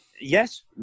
Yes